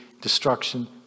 destruction